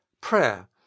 Prayer